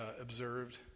observed